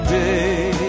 day